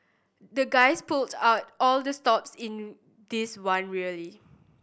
the guys pulled out all the stops in this one really